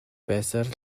байсаар